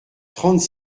trente